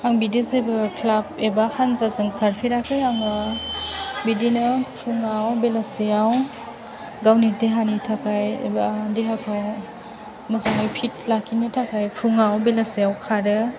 आं बिदि जेबो ख्लाब एबा हानजाजों खारफेराखै आङो बिदिनो फुंआव बेलासियाव गावनि देहानि थाखाय एबा देहाखौ मोजाङै फिट लाखिनो थाखाय फुंआव बेलासियाव खारो